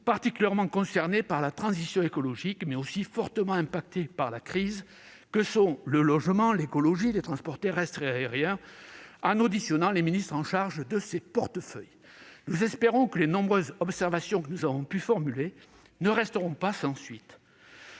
particulièrement concernées par la transition écologique et durement frappées par la crise, qu'il s'agisse du logement, de l'écologie, des transports terrestres ou aériens, en auditionnant les ministres chargés de ces portefeuilles. Nous espérons que les nombreuses observations que nous avons pu formuler ne resteront pas sans suite.